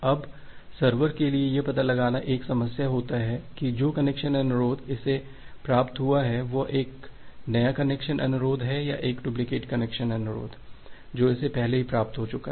अब सर्वर के लिए यह पता लगाना एक समस्या होता है कि जो कनेक्शन अनुरोध इसे प्राप्त हुआ है वह एक नया कनेक्शन अनुरोध है या यह एक डुप्लिकेट कनेक्शन अनुरोध है जो इसे पहले ही प्राप्त हो चुका है